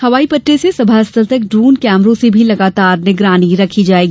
हवाई पट्टी से सभा स्थल तक ड्रोन कैमरों से भी लगातार नजर रखी जाएगी